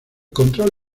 control